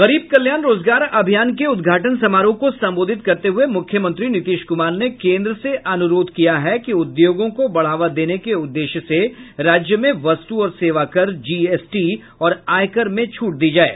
गरीब कल्याण रोजगार अभियान के उदघाटन समारोह को संबोधित करते हये मूख्यमंत्री नीतीश कृमार ने केन्द्र से अनुरोध किया कि उद्योगों को बढ़ावा देने के उद्देश्य से राज्य में वस्तु और सेवा कर जीएसटी और आयकर में छूट दी जाये